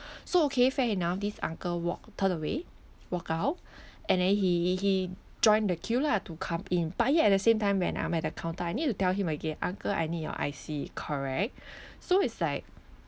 so okay fair enough this uncle walk turn away walk out and then he he joined the queue lah to come in but yet at the same time when I'm at the counter I need to tell him again uncle I need your I_C correct so it's like